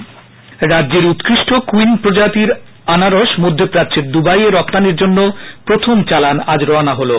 আনাব্স রাজ্যের উৎকৃষ্ট কৃইন প্রজাতির আনারস মধ্যপ্রাচ্যের দুবাইয়ে রপ্তানির জন্য প্রখম চালান আজ রওনা হলো